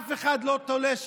אף אחד לא תולה,